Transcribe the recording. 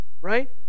Right